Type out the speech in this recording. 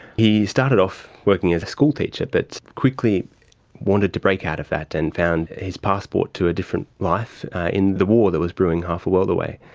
he started off working as a schoolteacher but quickly wanted to break out of that and found his passport to a different life in the war that was brewing half a world away.